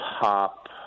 pop